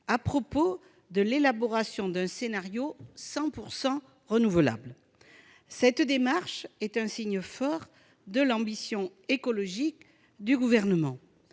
sur l'élaboration d'un scénario « 100 % renouvelable ». Cette démarche est un signe fort de l'ambition écologique du Gouvernement